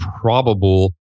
probable